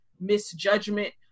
misjudgment